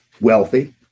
wealthy